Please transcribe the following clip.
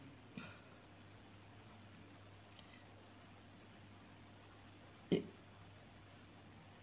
it